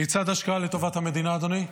כיצד השקעה לטובת המדינה, אדוני?